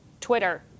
Twitter